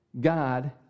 God